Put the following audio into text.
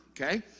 okay